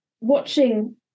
watching